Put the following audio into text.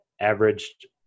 averaged